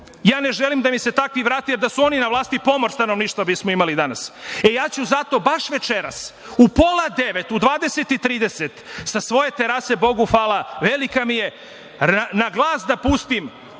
ne želim da mi se takvi vrate, jer da su oni na vlasti pomor stanovništva bismo imali danas. Zato ću baš večeras u pola devet, u 20 i 30 časova sa svoje terase, Bogu hvala, velika mi je, na glas da pustim